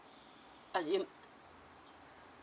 and you